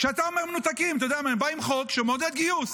כשאתה אומר מנותקים, באים עם חוק שמעודד גיוס,